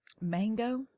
Mango